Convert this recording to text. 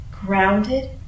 grounded